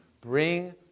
bring